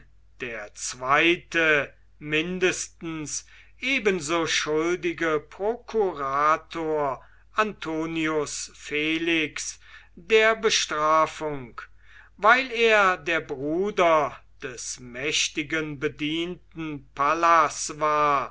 der zweite mindestens ebenso schuldige prokurator antonius felix der bestrafung weil er der bruder des mächtigen bedienten pallas war